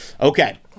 Okay